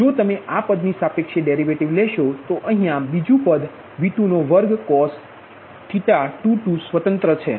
તેથી જો તમે આ પદ ની સાપેક્ષે ડેરિવેટિવ લેશો તો અહીયા બીજુ પદ V22cos 22 સ્વતંત્ર છે